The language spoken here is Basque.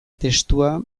testua